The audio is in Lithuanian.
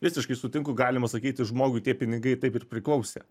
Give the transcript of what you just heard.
visiškai sutinku galima sakyti žmogui tie pinigai taip ir priklausė